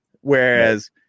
Whereas